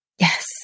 Yes